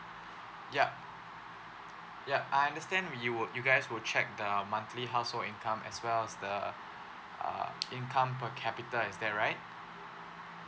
yup yup I understand you would you guys will check the monthly household income as well as the uh income per capita is that right